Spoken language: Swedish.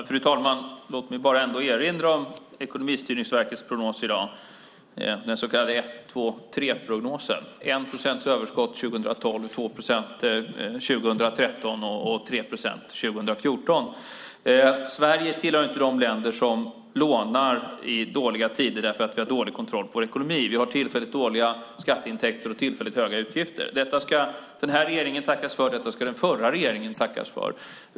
Fru talman! Låt mig erinra om Ekonomistyrningsverkets prognos, den så kallade 1-2-3-prognosen - 1 procent överskott 2012, 2 procent 2013 och 3 procent 2014. Sverige tillhör inte de länder som lånar i dåliga tider därför att vi har dålig kontroll på vår ekonomi. Vi har tillfälligt dåliga skatteintäkter och tillfälligt höga utgifter. Detta ska den här regeringen tackas för, och detta ska den förra regeringen tackas för.